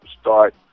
start